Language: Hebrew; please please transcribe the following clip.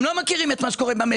הם לא מכירים את מה שקורה במשק,